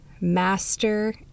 master